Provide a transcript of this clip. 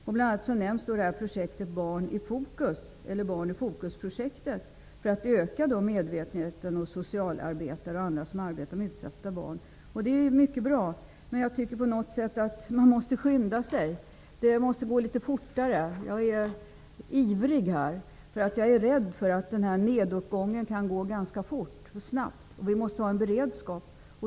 Exempelvis nämns det s.k. Barn i fokus-projektet, som syftar till att öka medvetenheten hos socialarbetare och andra som arbetar med utsatta barn. Detta är mycket bra. Men det gäller att skynda sig. Det här arbetet måste alltså gå litet fortare. Jag är ivrig på denna punkt, eftersom jag är rädd för att nedåtgången kan ske ganska snabbt. Vi måste därför ha en beredskap.